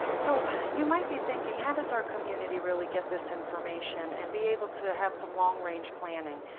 so you might be thinking, how does our community really get this information and be able to have some long range planning?